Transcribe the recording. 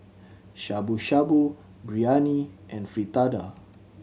Shabu Shabu Biryani and Fritada